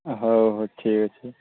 ହଁ ହଉ ହଉ ଠିକ୍ ଅଛି